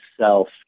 self